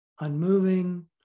unmoving